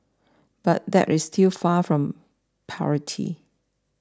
but that is still far from parity